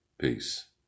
Peace